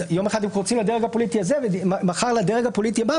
יום אחד הם קורצים לדרג הפוליטי הזה ומחר לדרג הפוליטי הבא,